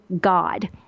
God